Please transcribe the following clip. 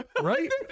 Right